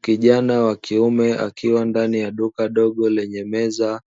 Kijana wa kiume akiwa ndani ya duka dogo lenye meza